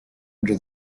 under